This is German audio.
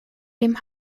dem